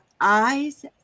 eyes